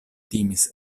timis